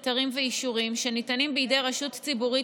היתרים ואישורים שניתנים בידי רשות ציבורית